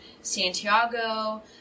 Santiago